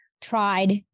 tried